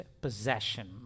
possession